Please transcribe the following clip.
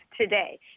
today